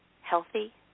healthy